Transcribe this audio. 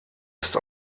ist